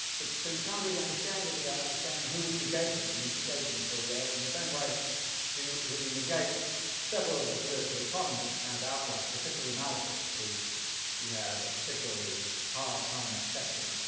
but so you can't really understand him without understanding who he's negating, and he's negating fourier, in the same way that he negates several of the political economists kind of outright, particularly malthus, who he had a particularly hard time accepting.